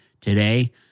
today